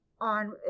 on